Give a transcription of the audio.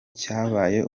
cyabaye